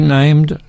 named